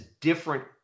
different